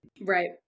Right